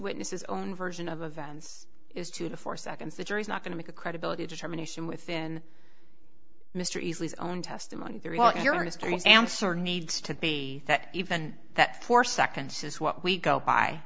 witness's own version of events is two to four seconds the jury's not going to make a credibility determination within mr easley's own testimony your history answer needs to be that even that four seconds is what we go by